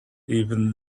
even